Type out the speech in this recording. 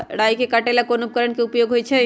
राई के काटे ला कोंन उपकरण के उपयोग होइ छई?